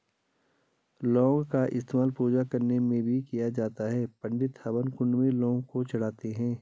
लौंग का इस्तेमाल पूजा करने में भी किया जाता है पंडित हवन कुंड में लौंग को चढ़ाते हैं